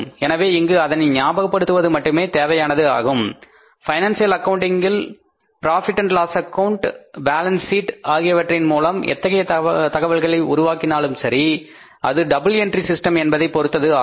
எனவே இங்கு அதனை ஞாபகப்படுத்துவது மட்டுமே தேவையானது ஆகும் பைனான்சியல் அக்கவுன்டிங்கிங் என்பது profit and loss account Profit Loss account balance sheet ஆகியவற்றின் மூலம் எத்தகைய தகவல்களை உருவாக்கினாலும் சரி அது டபுள் என்ட்ரி சிஸ்டம் என்பதைப் பொறுத்தது ஆகும்